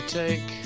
take